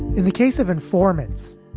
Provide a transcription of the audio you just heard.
in the case of informants,